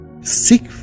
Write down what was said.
seek